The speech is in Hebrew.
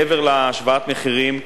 מעבר להשוואת המחירים,